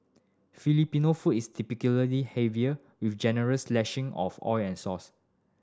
Filipino food is typically heavier with generous lashing of oil and sauce